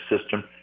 system